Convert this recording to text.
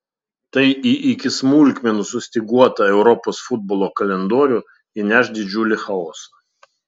tai į iki smulkmenų sustyguotą europos futbolo kalendorių įneš didžiulį chaosą